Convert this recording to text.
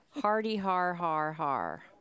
Hardy-har-har-har